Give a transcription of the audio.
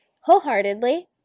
wholeheartedly